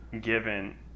given